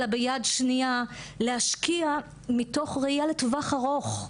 אלא ביד שניה להשקיע מתוך ראייה לטווח ארוך.